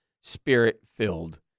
spirit-filled